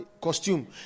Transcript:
costume